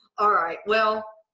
alright, well,